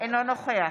אינו נוכח